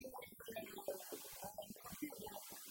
...המפקדים ב....